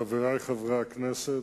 חברי חברי הכנסת,